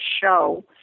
show